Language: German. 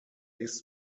ist